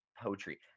poetry